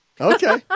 Okay